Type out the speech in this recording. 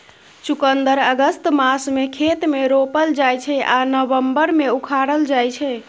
चुकंदर अगस्त मासमे खेत मे रोपल जाइ छै आ नबंबर मे उखारल जाइ छै